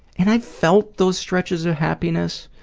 and i felt those stretches of happiness,